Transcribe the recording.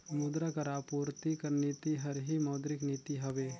मुद्रा कर आपूरति कर नीति हर ही मौद्रिक नीति हवे